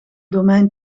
domein